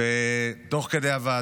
תוך כדי הישיבה